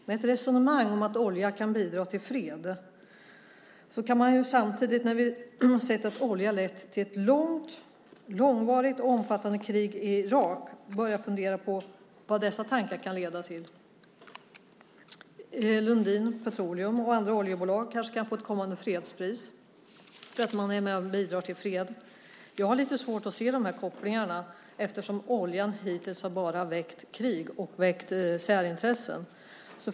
Med ett resonemang om att olja kan bidra till fred, när vi sett att oljan har lett till ett långvarigt och omfattande krig i Irak, kan man börja fundera på vad dessa tankar kan leda till. Lundin Petroleum och andra oljebolag kanske kan få ett kommande fredspris för att man bidrar till fred. Jag har lite svårt att se dessa kopplingar eftersom oljan hittills bara har skapat krig och särintressen.